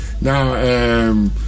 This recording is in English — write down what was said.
Now